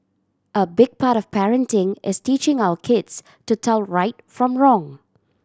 a big part of parenting is teaching our kids to tell right from wrong